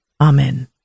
Amen